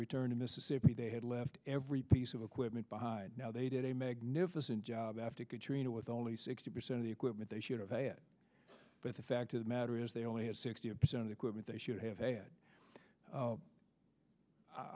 return to mississippi they had left every piece of equipment behind now they'd a magnificent job after katrina with only sixty percent of the equipment they should have a it but the fact of the matter is they only had sixty percent of the equipment they should have had